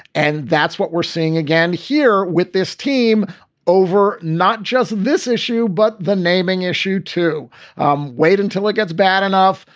and that's what we're seeing again here with this team over not just this issue, but the naming issue to um wait until it gets bad enough.